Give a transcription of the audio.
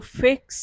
fix